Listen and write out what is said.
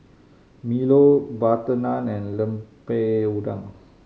milo butter naan and Lemper Udang